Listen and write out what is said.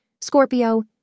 Scorpio